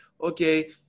okay